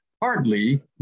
partly